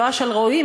יואש אלרואי,